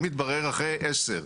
אם יתברר אחרי 10,